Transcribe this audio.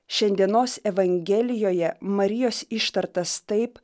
šiandienos evangelijoje marijos ištartas taip